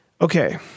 okay